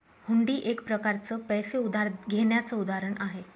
हुंडी एक प्रकारच पैसे उधार घेण्याचं उदाहरण आहे